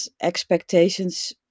expectations